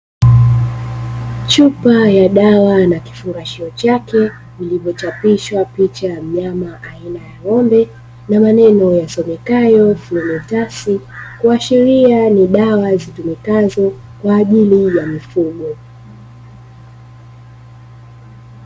Chupa ya dawa na kifungashio chake vilivyochapishwa picha ya mnyama aina ya ng'ombe na maneno yasomekayo "FLUMITASI" kuashiria ni dawa kwa ajili ya mifugo.